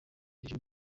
hejuru